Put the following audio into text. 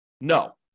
No